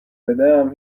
بدم